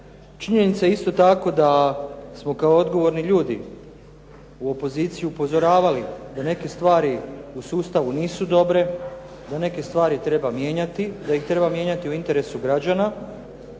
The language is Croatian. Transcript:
Činjenica je isto tako da smo kao odgovorni ljudi u opoziciji upozoravali da neke stvari u sustavu nisu dobre, da neke stvari treba mijenjati, da ih treba mijenjati u interesu građana